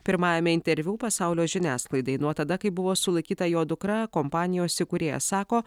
pirmajame interviu pasaulio žiniasklaidai nuo tada kai buvo sulaikyta jo dukra kompanijos įkūrėjas sako